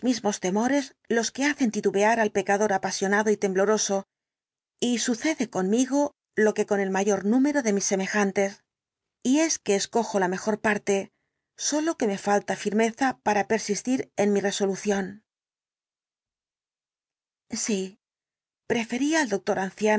los mismos temores los que hacen titubear al pecador apasionado y tembloroso y sucede conmigo lo que con el mayor número de mis semejantes y es que escojo la mejor parte sólo que me el dr jekyll falta firmeza para persistir en mi resolución sí prefería al doctor anciano